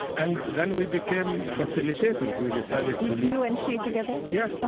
and then we became facilitators. we decided to lead, you and she together? yeah.